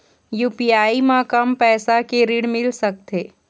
UPI म कम पैसा के ऋण मिल सकथे?